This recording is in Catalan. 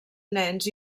nens